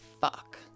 fuck